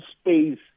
space